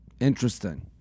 Interesting